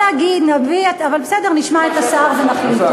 אבל בסדר, נשמע את השר ונחליט.